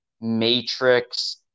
matrix